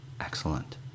excellent